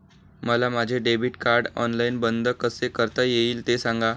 मला माझे debit card online बंद कसे करता येईल, ते सांगा